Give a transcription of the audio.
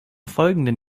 folgenden